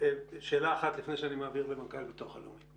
שאלה אחת לפני שאני מעביר למנכ"ל הביטוח הלאומי.